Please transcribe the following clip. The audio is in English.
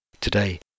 Today